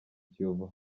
kiyovu